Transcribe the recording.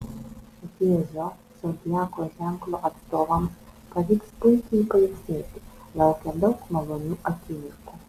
vėžio zodiako ženklo atstovams pavyks puikiai pailsėti laukia daug malonių akimirkų